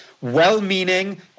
well-meaning